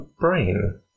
brain